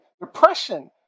depression